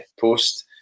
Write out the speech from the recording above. post